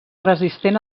resistent